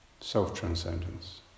self-transcendence